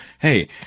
Hey